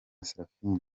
seraphine